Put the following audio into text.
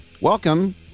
Welcome